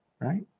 right